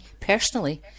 personally